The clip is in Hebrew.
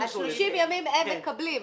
ה-30 ימים, הם מקבלים.